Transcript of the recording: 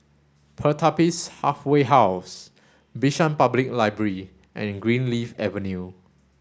Pertapis Halfway House Bishan Public Library and Greenleaf Avenue